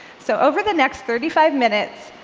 so over the next thirty five minutes,